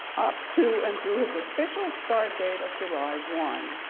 up to and through his official start date of july one,